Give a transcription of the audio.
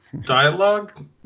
dialogue